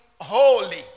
holy